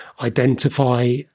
identify